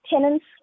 tenants